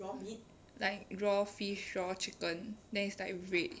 like raw fish raw chicken then it's like red